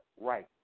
right